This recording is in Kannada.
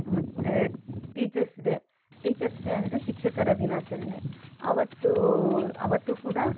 ಟೀಚರ್ಸ್ ಡೇ ಟೀಚರ್ಸ್ ಡೇ ಅಂದರೆ ಶಿಕ್ಷಕರ ದಿನಾಚರಣೆ ಆವತ್ತು ಆವತ್ತು ಕೂಡ